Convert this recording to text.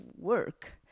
work